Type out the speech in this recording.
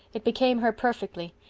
it became her perfectly,